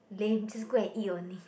lame just go and eat only